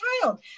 child